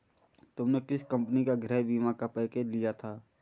तुमने किस कंपनी का गृह बीमा का पैकेज लिया था?